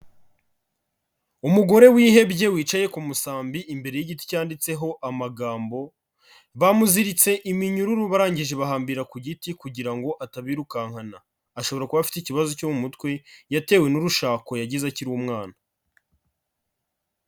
Umugore wihebye wicaye ku musambi imbere y'igiti cyanditseho amagambo, bamuziritse iminyururu barangije bahambira ku giti kugira ngo atabirukankana. Ashobora kuba afite ikibazo cyo mu mutwe, yatewe n'urushako yagize akiri umwana.